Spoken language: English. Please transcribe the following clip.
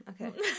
Okay